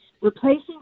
replacing